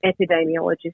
epidemiologist